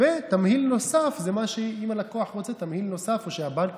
ותמהיל נוסף זה אם הלקוח רוצה תמהיל נוסף או שהבנק